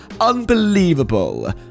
Unbelievable